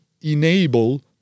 enable